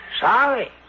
Sorry